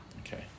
Okay